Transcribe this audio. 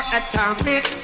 atomic